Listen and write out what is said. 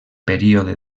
període